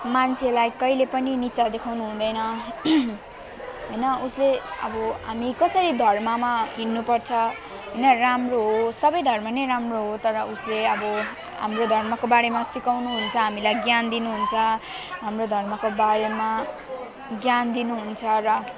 मान्छेलाई कहिले पनि निचा देखाउनु हुँदैन हैन उसले अब हामी कसरी धर्ममा हिँड्नुपर्छ हैन राम्रो हो सबै धर्म नै राम्रो हो तर उसले अळब हाम्रो धर्मको बारेमा सिकाउनुहुन्छ हामीलाई ज्ञान दिनुहुन्छ हाम्रो धर्मको बारेमा ज्ञान दिनुहुन्छ र